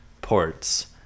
ports